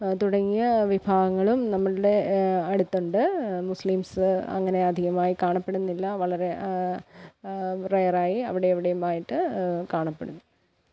തുടങ്ങിയ വിഭാഗങ്ങളും നമ്മുടെ അടുത്തുണ്ട് മുസ്ലിംസ് അങ്ങനെ അധികമായി കാണപ്പെടുന്നില്ല വളരെ റെയർ ആയി അവിടെയും ഇവിടെയുമായിട്ട് കാണപ്പെടുന്നു